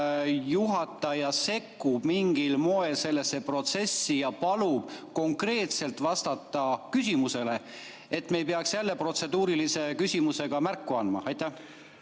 juhataja sekkub mingil moel sellesse protsessi ja palub konkreetselt vastata küsimusele, et me ei peaks jälle protseduurilise küsimusega märku andma? Ma